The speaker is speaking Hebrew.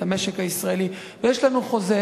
את המשק הישראלי ויש לנו חוזה.